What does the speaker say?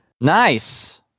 Nice